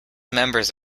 members